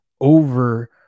over